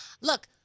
Look